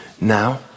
now